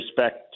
respect